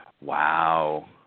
Wow